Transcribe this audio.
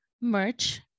merch